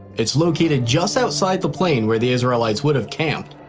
it's located just outside the plain where the israelites would have camped,